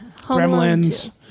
Gremlins